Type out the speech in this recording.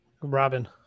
Robin